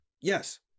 Yes